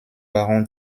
baron